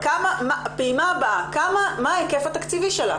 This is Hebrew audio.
הפעימה הבאה, מה ההיקף התקציבי שלה.